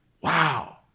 Wow